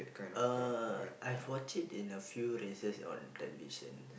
uh I've watched it in a few races on television